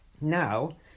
Now